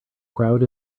crowd